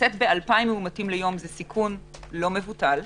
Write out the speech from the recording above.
לצאת באלפיים מאומתים ביום זה סיכון לא מבוטל,